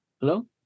Hello